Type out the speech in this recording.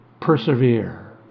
persevere